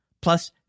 plus